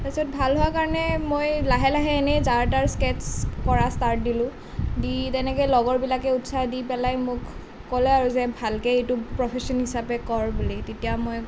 তাৰপিছত ভাল হোৱাৰ কাৰণে মই লাহে লাহে এনেই যাৰ তাৰ স্কেটচ্ছ কৰা ষ্টাৰ্ট দিলোঁ দি তেনেকে লগৰবিলাকে উৎসাহ দি পেলাই মোক ক'লে আৰু যে ভালকৈ এইটো প্ৰফেচন হিচাপে কৰ বুলি তেতিয়া মই